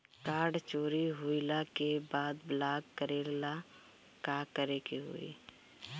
Card चोरी होइला के बाद ब्लॉक करेला का करे के होई?